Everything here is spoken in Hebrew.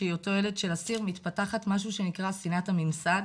שאותו ילד של אסיר מתפתחת משהו שנקרא שנאת הממסד,